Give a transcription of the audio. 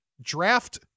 draft